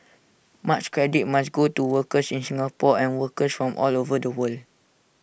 much credit must go to workers in Singapore and workers from all over the world